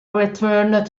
returned